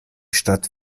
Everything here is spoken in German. stadt